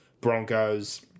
Broncos